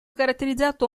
caratterizzato